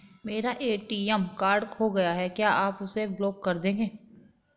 मेरा ATM card खो गया है क्या आप उसे ब्लॉक कर देंगे?